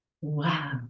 Wow